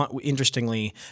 interestingly